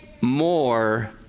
more